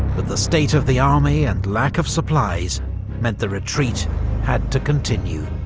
but the state of the army and lack of supplies meant the retreat had to continue.